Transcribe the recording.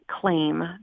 claim